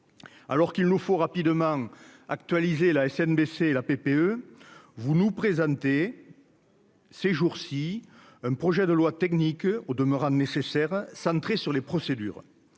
alors qu'il nous faut rapidement actualisées la ASN baisser la PPE, vous nous présentez. Ces jours ci, un projet de loi technique au demeurant nécessaire centré sur les procédures,